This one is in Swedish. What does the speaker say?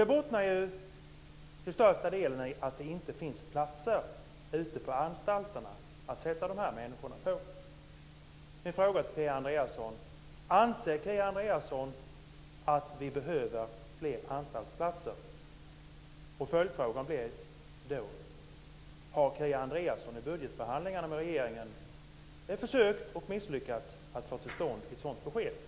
Det bottnar till största delen i att det inte finns platser ute på anstalterna för dessa människor. Min fråga till Kia Andreasson är om hon anser att vi behöver fler anstaltsplatser. Följdfrågan blir om Kia Andreasson i budgetförhandlingarna med regeringen har försökt, och misslyckats med, att få besked om att det ska bli fler platser.